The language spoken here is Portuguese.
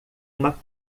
uma